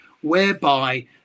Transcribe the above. whereby